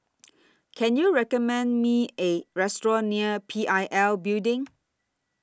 Can YOU recommend Me A Restaurant near P I L Building